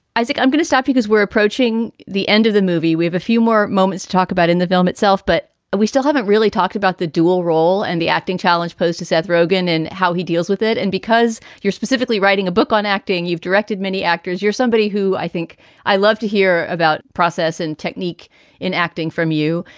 isaac, i'm going to stop you because we're approaching the end of the movie, we have a few more moments to talk about in the film itself, but we still haven't really talked about the dual role and the acting challenge posed to seth rogen and how he deals with it. and because you're specifically writing a book on acting, you've directed many actors. you're somebody who i think i love to hear about process and technique in acting from you.